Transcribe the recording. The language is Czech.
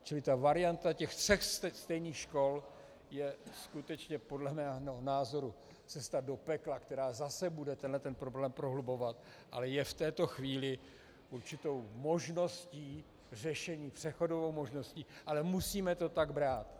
Čili ta varianta, ten sextet stejných škol, je skutečně podle mého názoru cesta do pekla, která zase bude tenhle problém prohlubovat, ale je v této chvíli určitou možností řešení, přechodovou možností, ale musíme to tak brát.